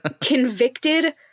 convicted